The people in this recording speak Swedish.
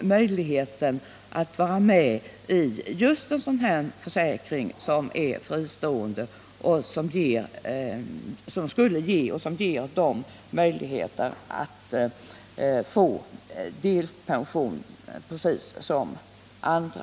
möjligheten att vara med i just en sådan här försäkring, som är fristående och som ger dem möjligheter att få delpension precis som andra.